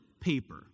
paper